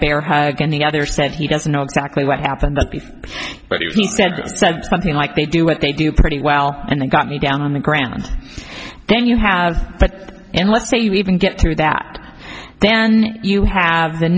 bear hug and the other said he doesn't know exactly what happened but he said something like they do what they do pretty well and they've got me down on the ground then you have but and let's say you even get to that then you have the